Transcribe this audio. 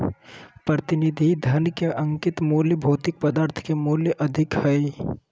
प्रतिनिधि धन के अंकित मूल्य भौतिक पदार्थ के रूप में अधिक हइ